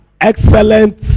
excellent